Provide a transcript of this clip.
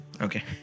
Okay